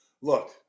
look